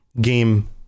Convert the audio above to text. game